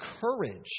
courage